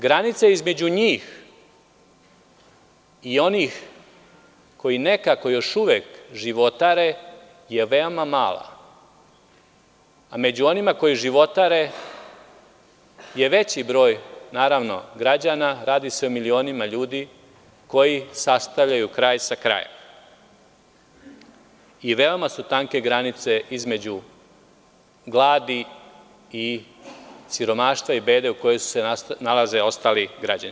Granica između njih i onih koji nekako još uvek životare je veoma mala, a među onima koji životare je veći broj građana, radi se o milionima ljudi, koji sastavljaju kraj sa krajem i veoma su tanke granice između gladi i siromaštva i bede u kojoj se nalaze ostali građani.